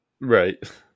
right